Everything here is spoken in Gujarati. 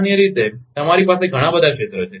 સામાન્ય રીતે તમારી પાસે ઘણા બધા ક્ષેત્ર છે